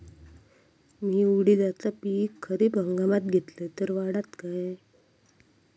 मी उडीदाचा पीक खरीप हंगामात घेतलय तर वाढात काय?